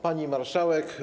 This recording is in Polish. Pani Marszałek!